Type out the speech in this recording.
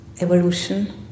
evolution